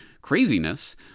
craziness